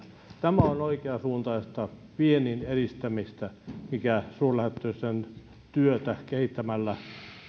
tämä on oikeansuuntaista viennin edistämistä mikä suurlähetystöjen työtä kehittämällä